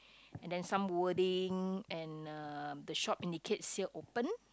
and then some wording and uh the shop indicates here open